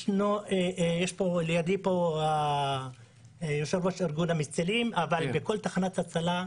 יושב לידי יושב-ראש ארגון המצילים אבל בכל תחנת הצלה,